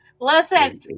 Listen